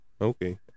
Okay